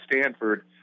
Stanford